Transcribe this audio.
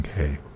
Okay